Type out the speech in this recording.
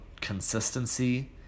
consistency